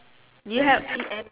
you have you